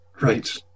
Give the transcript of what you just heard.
Right